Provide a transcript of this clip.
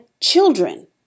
children